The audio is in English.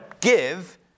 give